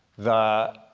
the